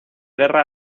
guerra